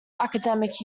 academic